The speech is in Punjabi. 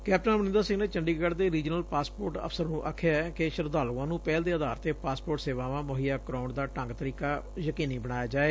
ਕੈਪਟਨ ਅਮਰਿੰਦਰ ਸਿੰਘ ਨੇ ਚੰਡੀਗੜੁ ਦੇ ਰੀਜਨਲ ਪਾਸਪੋਰਟ ਅਫ਼ਸਰ ਨੂੰ ਆਖਿਆ ਕਿ ਸ਼ਰਧਾਲੂਆਂ ਨੂੰ ਪਹਿਲ ਦੇ ਆਧਾਰ ਤੇ ਪਾਸਪੋਰਟ ਸੇਵਾਵਾਂ ਮੁਹੱਈਆ ਕਰਵਾਉਣ ਦਾ ਢੰਗ ਤਰੀਕਾ ਯਕੀਨੀ ਬਣਾਇਆ ਜਾਵੇ